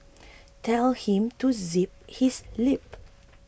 tell him to zip his lip